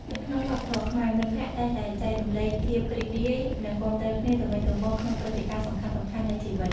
នៅក្នុងវប្បធម៌ខ្មែរ មិត្តភក្តិតែងតែចែករំលែកភាពរីករាយ និងគាំទ្រគ្នាទៅវិញទៅមកក្នុងព្រឹត្តិការណ៍សំខាន់ៗនៃជីវិត។